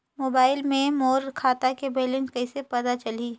Mobile मे मोर खाता के बैलेंस कइसे पता चलही?